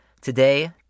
Today